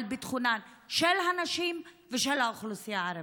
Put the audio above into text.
ביטחונם של הנשים ושל האוכלוסייה הערבית.